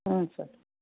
ಹ್ಞೂ ಸರ್